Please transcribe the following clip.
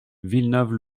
villeneuve